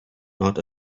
not